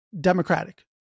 democratic